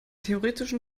theoretischen